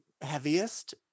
heaviest